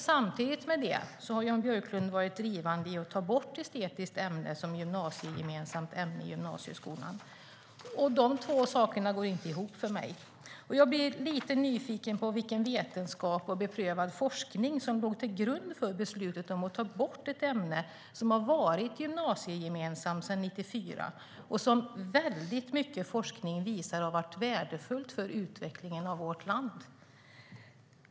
Samtidigt har Jan Björklund varit drivande i att ta bort estetiskt ämne som gymnasiegemensamt ämne. Dessa båda saker går inte ihop. Jag blir lite nyfiken på vilken vetenskap och beprövad forskning som låg till grund för beslutet om att ta bort ett ämne som har varit gymnasiegemensamt sedan 1994 och som väldigt mycket forskning visar har varit värdefullt för utvecklingen av vårt land.